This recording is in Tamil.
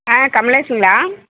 ஆ கமலேஷுங்களா